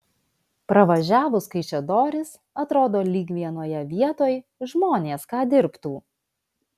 pravažiavus kaišiadoris atrodo lyg vienoje vietoj žmonės ką dirbtų